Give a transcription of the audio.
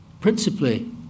principally